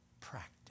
practice